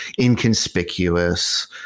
inconspicuous